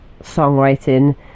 songwriting